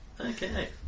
okay